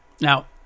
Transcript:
now